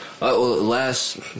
Last